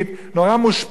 נורא מושפלת,